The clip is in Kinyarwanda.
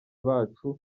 bacu